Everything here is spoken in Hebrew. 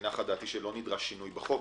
נחה דעתי שלא נדרש שינוי בחוק,